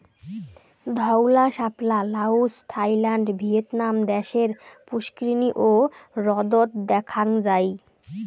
ধওলা শাপলা Laos, Thailand, Vietnam দ্যাশের পুস্কুরিনী ও হ্রদত দ্যাখাং যাই